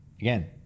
Again